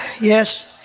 Yes